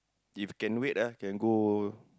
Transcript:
if can wait ah can go